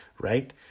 right